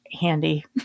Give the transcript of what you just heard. handy